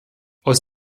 aus